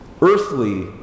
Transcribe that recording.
earthly